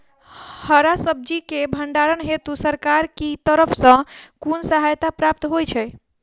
हरा सब्जी केँ भण्डारण हेतु सरकार की तरफ सँ कुन सहायता प्राप्त होइ छै?